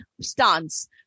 stance